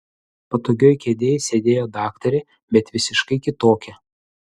patogioj kėdėj sėdėjo daktarė bet visiškai kitokia